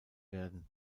werden